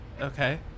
Okay